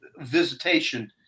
visitation